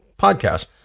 podcast